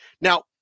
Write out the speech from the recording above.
Now